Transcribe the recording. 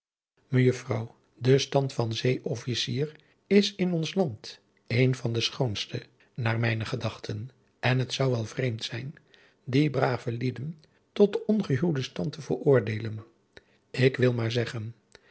mejuffrouw de staud van zee officier is in ons land een van de schoonste naarmijne gedachten en het zou wel vreemd zijn die brave lieden tot den ongehuwden stand te veroordeelen ik wil maar zeggen